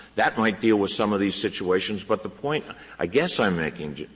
that might deal with some of these situations. but the point i guess i am making,